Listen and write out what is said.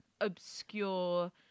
obscure